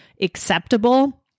acceptable